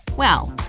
well,